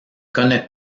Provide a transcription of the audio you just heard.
connaît